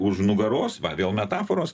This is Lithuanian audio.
už nugaros va vėl metaforos